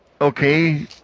Okay